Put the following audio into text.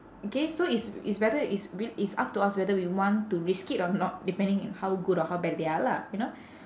okay so it's it's whether it's w~ it's up to us whether we want to risk it or not depending on how good or how bad they are lah you know